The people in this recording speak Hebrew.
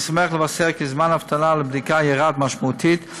אני שמח לבשר כי זמן ההמתנה לבדיקה ירד משמעותית,